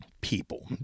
people